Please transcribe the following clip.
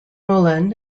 moulin